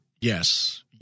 Yes